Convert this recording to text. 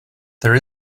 there